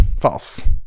false